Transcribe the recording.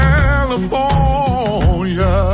California